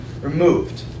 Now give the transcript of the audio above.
removed